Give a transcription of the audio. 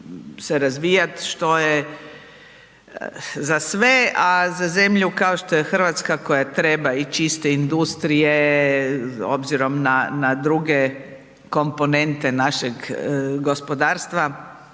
se razvijati što je za sve a za zemlju kao što je Hrvatska koja treba ići isto industrije obzirom na druge komponente našeg gospodarstva